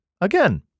Again